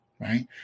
right